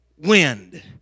wind